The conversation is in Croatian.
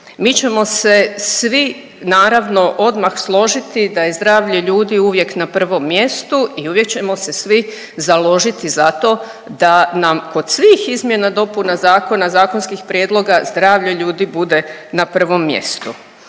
Mi ćemo se svi naravno odmah složiti da je zdravlje ljudi uvijek na prvom mjestu i uvijek ćemo se svi založiti za to da nam kod svih izmjena dopuna zakona, zakonskih prijedloga zdravlje ljudi bude na prvom mjestu.